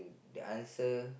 to answer